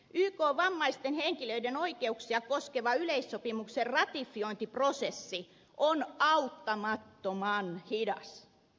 ykn vammaisten henkilöiden oikeuksia koskevan yleissopimuksen ratifiointiprosessi on auttamattoman hidas